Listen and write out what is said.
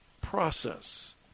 process